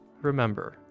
Remember